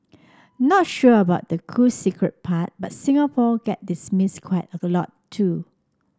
not sure about the cool secret part but Singapore get dismiss quite a lot too